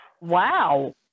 Wow